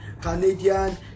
Canadian